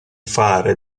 fare